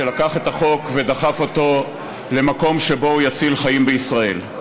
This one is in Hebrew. שלקח את החוק ודחף אותו למקום שבו הוא יציל חיים בישראל.